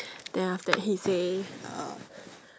then after that he say uh